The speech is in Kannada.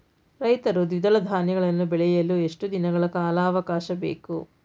ರೈತರು ದ್ವಿದಳ ಧಾನ್ಯಗಳನ್ನು ಬೆಳೆಯಲು ಎಷ್ಟು ದಿನಗಳ ಕಾಲಾವಾಕಾಶ ಬೇಕು?